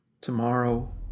tomorrow